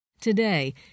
Today